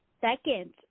second